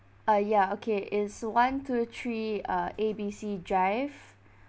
uh ya okay is one two three uh A B C drive